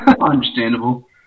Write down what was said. Understandable